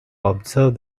observe